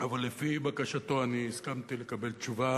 אבל לפי בקשתו, אני הסכמתי לקבל תשובה